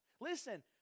Listen